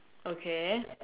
okay